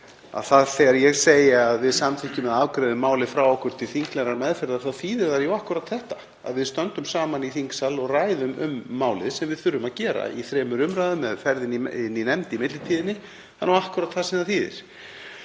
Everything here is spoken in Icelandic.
þ.e. þegar ég segi að við samþykkjum að afgreiða málið frá okkur til þinglegrar meðferðar, þá þýðir það akkúrat það að við stöndum saman í þingsal og ræðum um málið sem við þurfum að gera í þremur umræðum með ferð inn í nefnd í millitíðinni. Það er nú akkúrat það sem það þýðir.